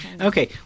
Okay